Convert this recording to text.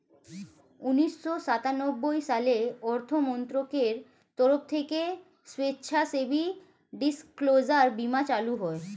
উন্নিশো সাতানব্বই সালে অর্থমন্ত্রকের তরফ থেকে স্বেচ্ছাসেবী ডিসক্লোজার বীমা চালু হয়